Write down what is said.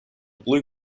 blue